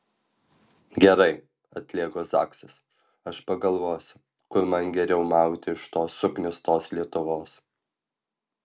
gerai atlėgo zaksas aš pagalvosiu kur man geriau mauti iš tos suknistos lietuvos